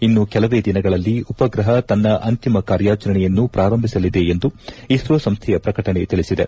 ಇನ್ನು ಕೆಲವೇ ದಿನಗಳಲ್ಲಿ ಉಪ್ರಪ ತನ್ನ ಅಂತಿಮ ಕಾರ್ಯಾಚರಣೆಯನ್ನು ಪ್ರಾರಂಭಿಸಲಿದೆ ಎಂದು ಇಸ್ತೋ ಸಂಸ್ಥೆಯ ಪ್ರಕಟಣೆ ತಿಳಿಸಿದೆ